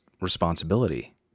responsibility